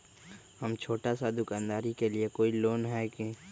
हम छोटा सा दुकानदारी के लिए कोई लोन है कि?